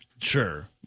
Sure